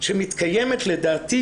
שמתקיימת לדעתי